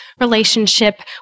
relationship